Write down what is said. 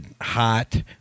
hot